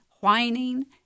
whining